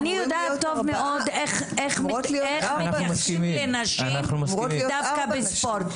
אני יודעת טוב מאוד איך מתייחסים לנשים דווקא בספורט,